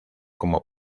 como